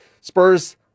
Spurs